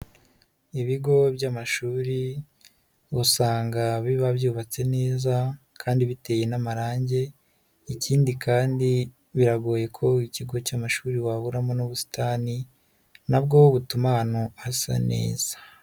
Ibigo by'amashuri usanga biba byubatse neza kandi bitewe n'amarangi, ikindi kandi biragoye ko ikigo cy'amashuri waburamo n'ubusitani na bwo butuma ahantu hasa neza.